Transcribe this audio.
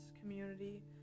community